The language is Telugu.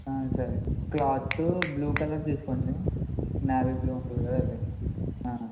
సరే క్లాతు బ్లూ కలర్ తీసుకోండి నేవీ బ్లూ ఉంటుంది కదా అదే